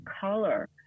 color